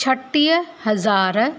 छटीह हज़ार